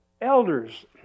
elders